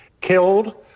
killed